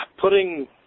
putting